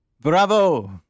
Bravo